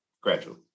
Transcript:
gradually